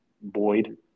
Boyd